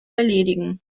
erledigen